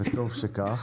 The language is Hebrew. אותם,